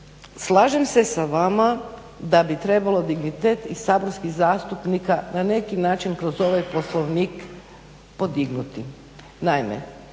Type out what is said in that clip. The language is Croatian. slažem se sa vama da bi trebalo dignitet i saborskih zastupnika na neki način kroz ovaj Poslovnik podignuti.